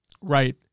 Right